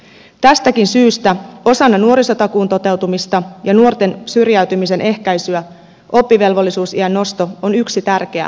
tästäkin syystä osana nuorisotakuun toteutumista ja nuorten syrjäytymisen ehkäisyä oppivelvollisuusiän nosto on yksi tärkeä toimenpide